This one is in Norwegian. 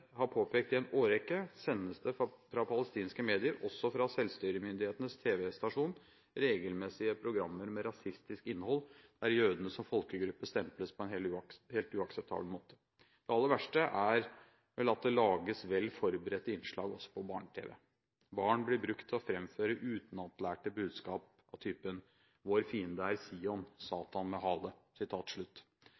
har påpekt i en årrekke, sendes det fra palestinske medier – også fra selvstyremyndighetenes tv-stasjon – regelmessig programmer med rasistisk innhold, der jødene som folkegruppe stemples på en helt uakseptabel måte. Det aller verste er vel at det lages vel forberedte innslag også på barne-tv. Barn blir brukt til å framføre utenatlærte budskap av typen «Vår fiende er Sion